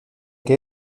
que